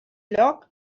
lloc